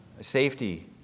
Safety